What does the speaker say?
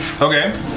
Okay